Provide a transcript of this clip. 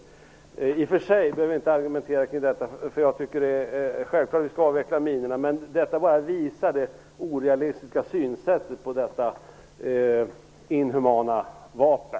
Vi behöver i och för sig inte argumentera kring detta, för jag tycker att det är självklart att vi skall avveckla minorna. Detta visar bara det orealistiska synsättet på detta inhumana vapen.